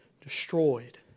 Destroyed